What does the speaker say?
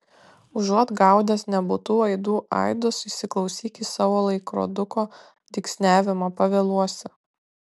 užuot gaudęs nebūtų aidų aidus įsiklausyk į savo laikroduko dygsniavimą pavėluosi